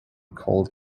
called